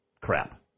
crap